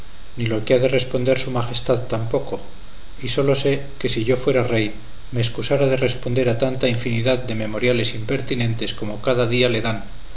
ni lo que ha de responder su majestad tampoco y sólo sé que si yo fuera rey me escusara de responder a tanta infinidad de memoriales impertinentes como cada día le dan